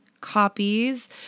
copies